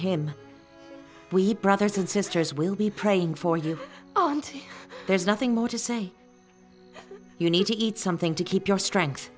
him we brothers and sisters will be praying for you oh and there's nothing more to say you need to eat something to keep your strength